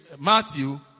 Matthew